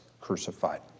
crucified